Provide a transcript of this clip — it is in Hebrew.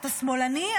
אתה שמאלני?